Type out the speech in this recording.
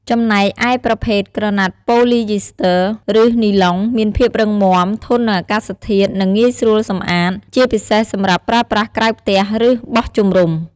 ចំណែកឯប្រភេទ ក្រណាត់ប៉ូលីយីស្ទ័រ ឬនីឡុង មានភាពរឹងមាំ ធន់នឹងអាកាសធាតុ និងងាយស្រួលសម្អាត ជាពិសេសសម្រាប់ប្រើប្រាស់ក្រៅផ្ទះ ឬបោះជំរុំ។